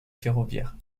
ferroviaire